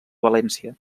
valència